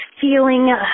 feeling